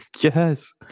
Yes